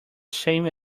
same